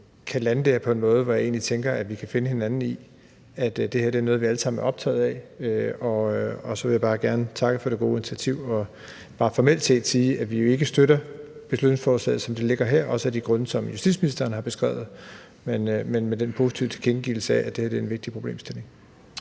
kan lande det her på en måde, som jeg egentlig tænker at vi kan finde hinanden i, for det her er noget, vi alle sammen er optaget af. Så jeg vil gerne takke for det gode initiativ og bare formelt set sige, at vi jo ikke støtter beslutningsforslaget, som det ligger her – også af de grunde, som justitsministeren har beskrevet – men med en positiv tilkendegivelse af, at det her er en vigtig problemstilling.